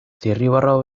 zirriborro